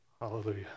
Hallelujah